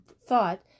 thought